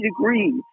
degrees